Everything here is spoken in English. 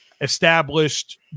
established